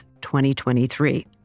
2023